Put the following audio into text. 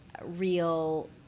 real